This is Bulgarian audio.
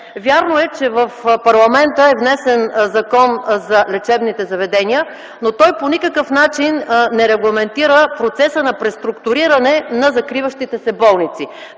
Вярно е, че в парламента е внесен Закон за лечебните заведения, но той по никакъв начин не регламентира процеса на преструктуриране на закриващите се болници.